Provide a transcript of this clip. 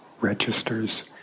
registers